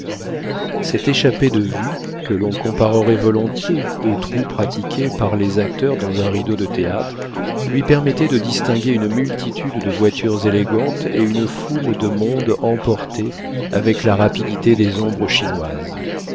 cette échappée de vue que l'on comparerait volontiers au trou pratiqué pour les acteurs dans un rideau de théâtre lui permettait de distinguer une multitude de voitures élégantes et une foule de monde emportées avec la rapidité des ombres chinoises